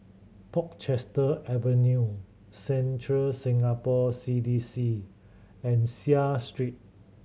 Portchester Avenue Central Singapore C D C and Seah Street